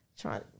Trying